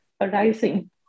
arising